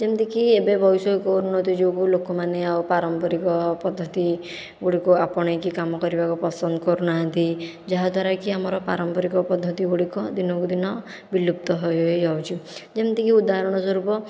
ଯେମିତିକି ଏବେ ବୈଷେୟିକ ଉନ୍ନତି ଯୋଗୁଁ ଲୋକମାନେ ଆଉ ପାରମ୍ପରିକ ପଦ୍ଧତି ଗୁଡ଼ିକୁ ଆପଣେଇ କି କାମ କରିବାକୁ ପସନ୍ଦ କରୁନାହାନ୍ତି ଯାହା ଦ୍ୱାରାକି ଆମର ପାରମ୍ପରିକ ପଦ୍ଧତି ଗୁଡ଼ିକ ଦିନକୁ ଦିନ ବିଲୁପ୍ତ ହୋଇ ହୋଇଯାଉଛି ଯେମିତି କି ଉଦାହରଣ ସ୍ୱରୂପ